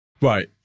Right